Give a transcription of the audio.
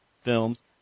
films